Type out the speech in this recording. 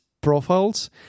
profiles